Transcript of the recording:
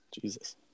Jesus